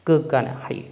गोग्गानो हायो